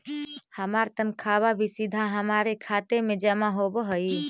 हमार तनख्वा भी सीधा हमारे खाते में जमा होवअ हई